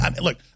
Look